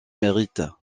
mérites